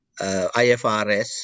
IFRS